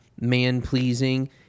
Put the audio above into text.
man-pleasing